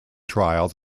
trial